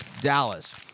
Dallas